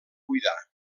cuidar